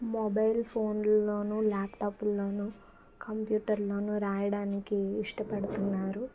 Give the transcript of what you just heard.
mobile ఫోనుల్లోనూ ల్యాప్టాపుల్లోనూ కంప్యూటర్లోనూ రాయడానికి ఇష్టపడుతున్నారు